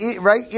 right